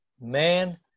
man